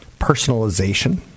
Personalization